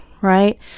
right